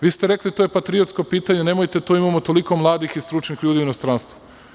Vi ste rekli – to je patriotsko pitanje, nemojte, imamo toliko mladih i stručnih ljudi u inostranstvu.